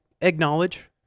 acknowledge